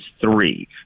three